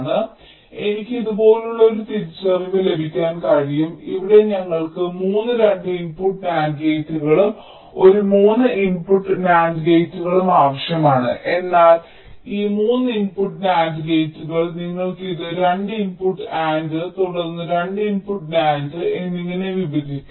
അതിനാൽ എനിക്ക് ഇതുപോലുള്ള ഒരു തിരിച്ചറിവ് ലഭിക്കാൻ കഴിയും ഇവിടെ ഞങ്ങൾക്ക് മൂന്ന് 2 ഇൻപുട്ട് NAND ഗേറ്റുകളും ഒരു 3 ഇൻപുട്ട് NAND ഗേറ്റുകളും ആവശ്യമാണ് എന്നാൽ ഈ 3 ഇൻപുട്ട് NAND ഗേറ്റുകൾ നിങ്ങൾക്ക് ഇത് 2 ഇൻപുട്ട് AND തുടർന്ന് 2 ഇൻപുട്ട് NAND എന്നിങ്ങനെ വിഭജിക്കാം